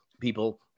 people